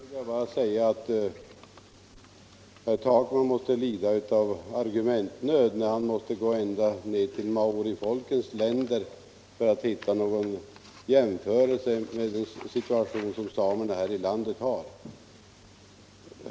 Fru talman! Till det senast anförda vill jag bara säga att herr Takman tycks lida av argumentnöd, eftersom han går ända ned till maorifolkens länder för att hitta någon jämförelse med den situation samerna här i landet har.